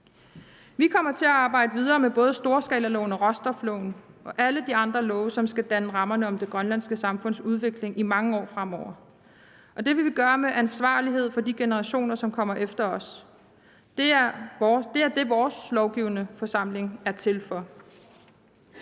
Vi kommer til at arbejde videre med både storskalaloven, råstofloven og alle de andre love, som skal danne rammerne om det grønlandske samfunds udvikling i mange år fremover, og det vil vi gøre med ansvarlighed over for de generationer, som kommer efter os. Det er det, vores lovgivende forsamling er til for.